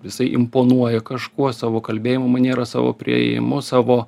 jisai imponuoja kažkuo savo kalbėjimo maniera savo priėjimu savo